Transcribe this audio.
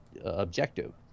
objective